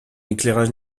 éclairage